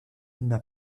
n’a